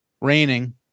Raining